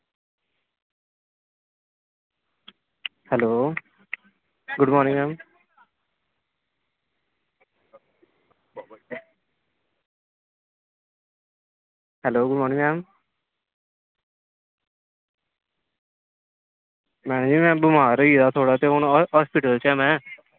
hello good morning ma'am hello good morning ma'am जी में बमार होई गेदा हा थोह्ड़ी ते हून हस्पिटल च हां में